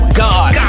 god